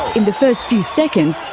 in the first few seconds,